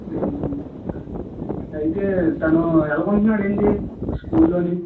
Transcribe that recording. అయితే తను ఎలాగా ఉంటుంన్నాడండి స్కూల్ లో